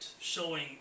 showing